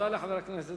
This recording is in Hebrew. תודה לחבר הכנסת